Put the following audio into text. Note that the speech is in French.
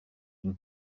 une